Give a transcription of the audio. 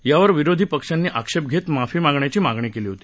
यावर विरोधी पक्षांनी आक्षेप घेत माफी मागण्याची मागणी केली होती